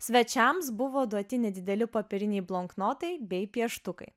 svečiams buvo duoti nedideli popieriniai blonknotai bei pieštukai